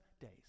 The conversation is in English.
days